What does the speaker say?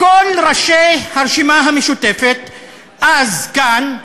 כל ראשי הרשימה המשותפת אז, כאן,